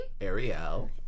Ariel